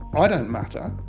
i don't matter.